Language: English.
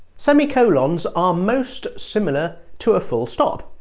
semicolons are most similar to a full stop.